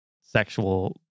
sexual